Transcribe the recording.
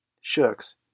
Shucks